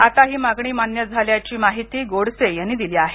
आता ही मागणी मान्य झाल्याची माहिती गोडसे यांनी दिली आहे